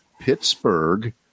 Pittsburgh